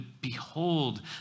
behold